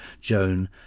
Joan